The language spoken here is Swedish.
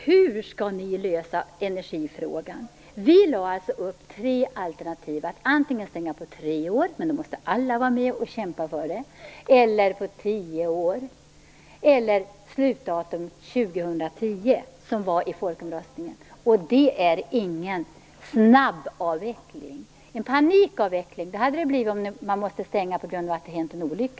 Hur skall ni lösa problemen med energifrågan? Vi lade fram tre alternativ. Antingen stänga på tre år - men då måste alla vara med och kämpa för det - eller på tio år eller slutdatum 2010, som det var i folkomröstningen. Det är ingen snabbavveckling. En panikavveckling hade det blivit om man varit tvungen att stänga på grund av att det hänt en olycka.